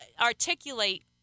articulate